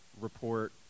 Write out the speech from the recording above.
report